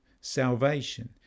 Salvation